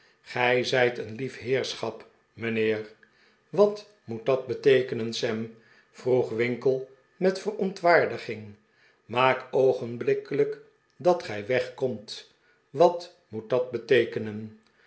gij zijt een lief heerschap mijnheer wat moet dat beteekenen sam vroeg winkle met verontwaardiging maak oogenblikkelijk dat gij wegkomt wat moet dat beteekenen